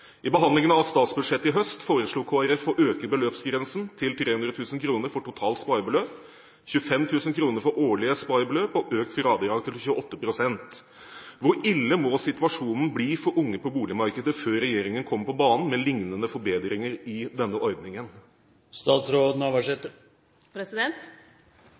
i flertallsregjeringen. Under behandlingen av statsbudsjettet i høst foreslo Kristelig Folkeparti å øke beløpsgrensen til 300 000 kr for totalt sparebeløp, 25 000 kr for årlige sparebeløp og økt fradrag til 28 pst. Hvor ille må situasjonen bli for unge på boligmarkedet før regjeringen kommer på banen med lignende forbedringer i denne ordningen?